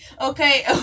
Okay